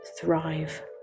thrive